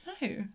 no